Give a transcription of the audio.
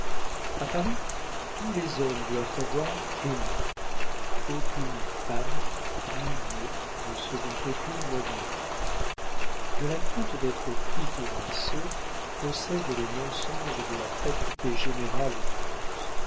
a paris tous les hommes doivent avoir aimé aucune femme n'y veut de ce dont aucune n'a voulu de la crainte d'être pris pour un sot procèdent les mensonges de la fatuité générale en france